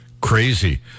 crazy